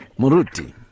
Muruti